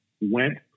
went